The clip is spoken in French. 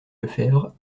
lefebvre